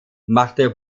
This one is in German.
machte